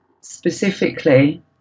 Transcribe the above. specifically